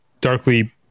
darkly